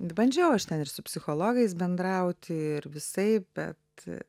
bandžiau aš ten ir su psichologais bendrauti ir visaip bet